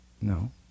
No